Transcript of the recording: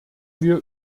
wir